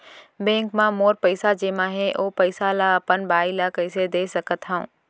Bank म मोर पइसा जेमा हे, ओ पइसा ला अपन बाई ला कइसे दे सकत हव?